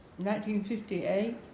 1958